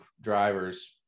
drivers